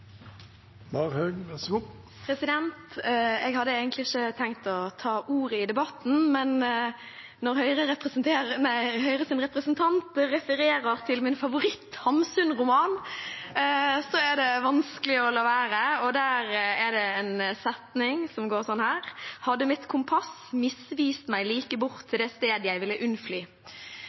Jeg hadde egentlig ikke tenkt å ta ordet i debatten, men når Høyres representant refererer til min favorittroman av Hamsun, er det vanskelig å la være. Der er det en setning som går sånn her: «Hadde mit kompas misvist mig like bort til det sted, jeg